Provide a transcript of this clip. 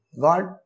God